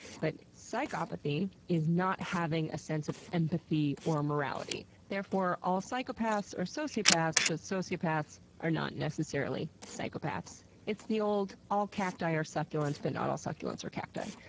but psychopathy is not having a sense of empathy or morality. therefore, all psychopaths are sociopaths, but sociopaths are not necessarily psychopaths. it's the old all cacti are succulents, but not all succulents are cacti.